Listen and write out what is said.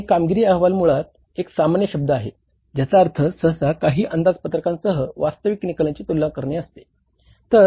आणि कामगिरी अहवाल मुळात एक सामान्य शब्द आहे ज्याचा अर्थ सहसा काही अंदाजपत्रकांसह वास्तविक निकालांची तुलना करणे असते